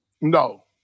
No